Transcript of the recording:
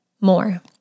more